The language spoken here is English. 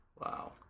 Wow